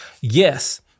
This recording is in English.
Yes